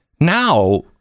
Now